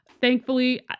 thankfully